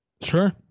Sure